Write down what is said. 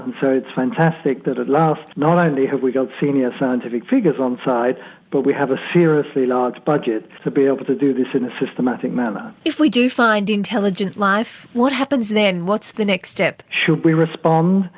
it's fantastic that at last not only have we got senior scientific figures onside but we have a seriously large budget to be able to do this in a systematic matter. if we do find intelligent life, what happens then? what's the next step? should we respond? um